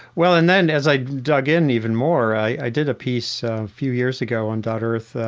well, and then as i dug in even more, i did a piece a few years ago on dot earth,